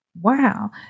Wow